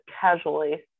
casually